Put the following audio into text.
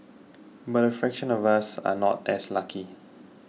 but a fraction of us are not as lucky